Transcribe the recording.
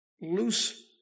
loose